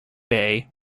bay